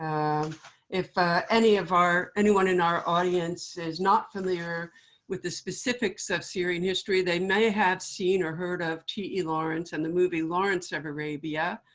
if any of our anyone in our audience is not familiar with the specifics of syrian history, they may have seen or heard of t e. lawrence and the movie, lawrence of arabia,